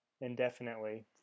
indefinitely